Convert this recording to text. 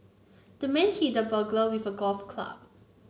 the man hit the burglar with a golf club